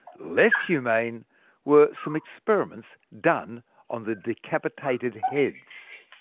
less humane were some experiments done on the decapitated heads.